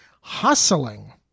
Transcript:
hustling